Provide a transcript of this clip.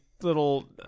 little